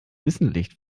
wissentlich